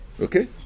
Okay